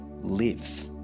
live